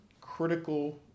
critical